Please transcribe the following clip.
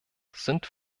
sind